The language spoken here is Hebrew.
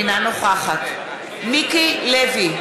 אינה נוכחת מיקי לוי,